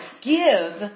give